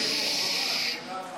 --- חבל.